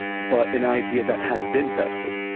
but an idea that has been tested,